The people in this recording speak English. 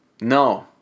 no